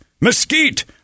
mesquite